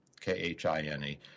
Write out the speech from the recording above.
K-H-I-N-E